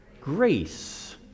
grace